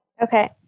Okay